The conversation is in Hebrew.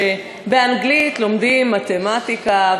שבאנגלית לומדים מתמטיקה,